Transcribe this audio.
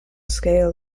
scale